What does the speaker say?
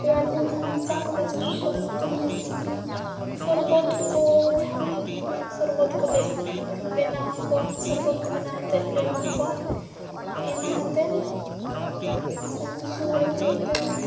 ᱨᱮᱭᱟᱲᱫᱤᱱ ᱠᱷᱟᱱ ᱢᱟ ᱪᱟᱠᱚᱞᱮ ᱤᱥᱤᱱᱟᱠᱚᱣᱟ ᱥᱤᱛᱩᱝᱫᱤᱱ ᱠᱷᱟᱱ ᱢᱟ ᱥᱚᱨᱵᱚᱛᱠᱚ ᱡᱟᱦᱟᱱᱟᱜ ᱜᱮ ᱱᱟᱦᱟᱜ ᱥᱚᱨᱵᱚᱛᱠᱚᱞᱮ ᱵᱮᱱᱟᱣᱟᱠᱚᱣᱟ ᱥᱚᱨᱵᱚᱛᱠᱚ ᱵᱮᱱᱟᱣ ᱠᱟᱛᱮᱞᱮ ᱮᱢᱟᱣᱟᱠᱚᱣᱟ ᱮᱢᱟ ᱦᱟᱛᱮᱢ ᱠᱤᱪᱷᱩ ᱜᱷᱟᱹᱲᱤ ᱦᱩᱭᱟᱛᱮᱱ